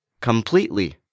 Completely